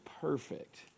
perfect